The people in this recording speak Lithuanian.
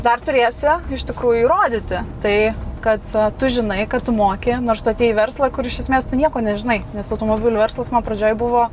dar turėsi iš tikrųjų įrodyti tai kad tu žinai kad tu moki nors tu atėjai į verslą kur iš esmės tu nieko nežinai nes automobilių verslas man pradžioj buvo